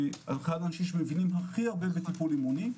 שהיא אחד האנשים שמבינים הכי הרבה בטיפול אימוני,